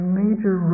major